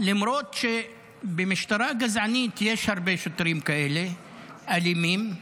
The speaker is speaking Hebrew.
למרות שבמשטרה גזענית יש הרבה שוטרים כאלה אלימים,